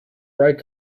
bright